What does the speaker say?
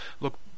look